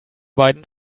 beiden